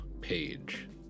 page